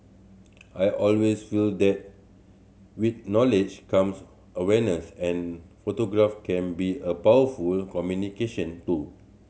I always feel that with knowledge comes awareness and photograph can be a powerful communication tool